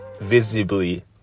visibly